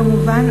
כמובן,